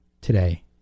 today